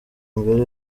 mbere